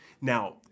Now